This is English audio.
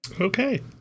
Okay